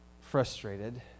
frustrated